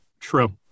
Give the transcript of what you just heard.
True